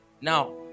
Now